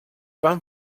van